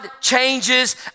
changes